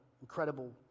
incredible